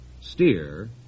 steer